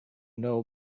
know